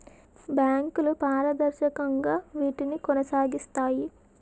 బ్యాంకులు పారదర్శకంగా వీటిని కొనసాగిస్తాయి